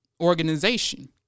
organization